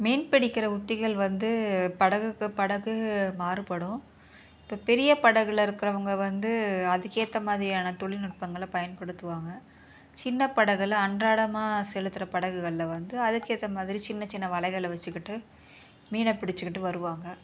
மீன் பிடிக்கிற உத்திகள் வந்து படகுக்கு படகு மாறுபடும் இப்போ பெரிய படகில் இருக்கிறவங்க வந்து அதுக்கு ஏற்ற மாதிரியான தொழில்நுட்பங்கள பயன்படுத்துவாங்க சின்ன படகில் அன்றாடமாக செலுத்துகிற படகுகளில் வந்து அதுக்கு ஏற்ற மாதிரி சின்ன சின்ன வலைகளை வச்சுக்கிட்டு மீனை பிடிச்சுக்கிட்டு வருவாங்க